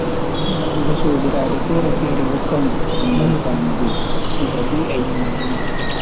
Marugo sobiraabe fere-fere hokkan goddo andal famugo no dabi'a himbe woni.